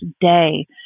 day